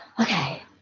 okay